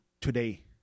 today